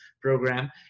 program